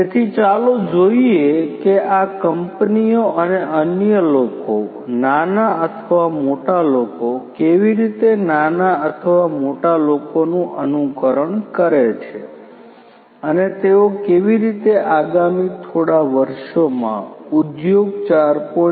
તેથી ચાલો જોઈએ કે આ કંપનીઓ અને અન્ય લોકો નાના અથવા મોટા લોકો કેવી રીતે નાના અથવા મોટા લોકોનું અનુકરણ કરે છે અને તેઓ કેવી રીતે આગામી થોડા વર્ષોમાં ઉદ્યોગ 4